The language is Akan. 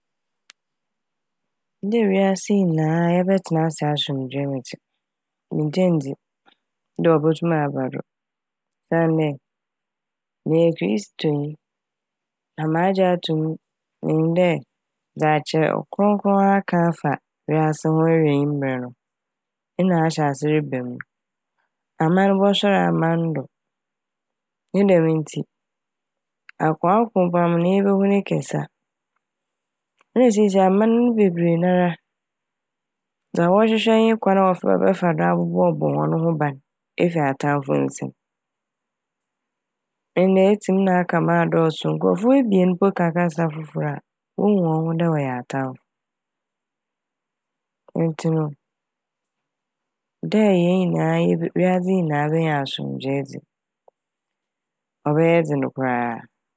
Dɛ wiase nyinaa yɛbɛtsena ase asomdwee mu dze minngye nndzi dɛ obotum aba do osiandɛ meyɛ Kristonyi na magye ato m' minyim dɛ dza Kyerɛw krɔnkrɔn aka afa wiase ho ewiei mber no ena ahyɛ ase reba m' no. Aman bɔsoɛr aman do ne dɛm ntsi akokoakoko mpo ama na yebohu ne kɛse a. Na siisia aman bebree nara dza wɔhwehwɛ nye kwan a wɔf - wɔbɛfa do abobɔbobɔ hɔn no ban efi atamfo nsam'. Ndɛ etsi m' na aka m' adɔɔso nkorɔfo ebien mpo ka kasa fofor a wohu hɔn ho dɛ wɔyɛ atamfo ntsi no dɛ hɛn nyinaa yebe- wiadze nyinaa benya asomdwee dze ɔbɛyɛ dzen koraa.